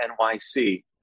NYC